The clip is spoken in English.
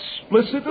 explicit